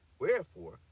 Wherefore